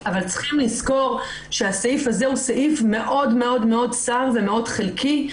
אבל צריך לזכור שהסעיף הזה מאוד מאוד צר ומאוד חלקי.